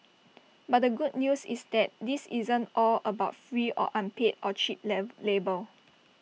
but the good news is that this isn't all about free or unpaid or cheap lamb labour